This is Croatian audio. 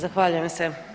Zahvaljujem se.